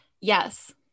Yes